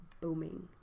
booming